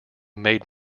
made